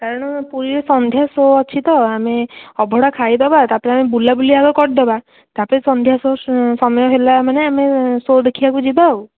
କାରଣ ପୁରୀରେ ସନ୍ଧ୍ୟା ସୋ ଅଛି ତ ଆମେ ଅବଢ଼ା ଖାଇଦେବା ତା'ପରେ ଆମେ ବୁଲାବୁଲି ଆଗ କରିଦେବା ତା'ପରେ ସନ୍ଧ୍ୟା ସମୟ ହେଲା ମାନେ ଆମେ ସୋ ଦେଖିବାକୁ ଯିବା ଆଉ